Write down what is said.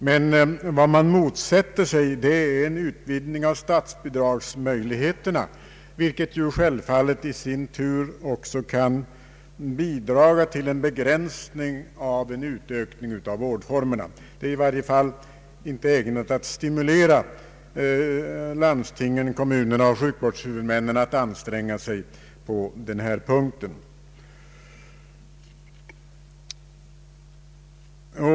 Men vad man motsätter sig är en utvidgning av statsbidragsmöjligheterna, vilket ju självfallet i sin tur också kan bidra till en begränsning av en utökning av vårdformerna. Detta är i varje fall inte ägnat att stimulera landstingen, kommunerna och sjukvårdshuvudmännen att anstränga sig på denna punkt.